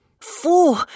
Four